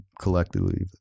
collectively